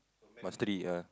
mastery ah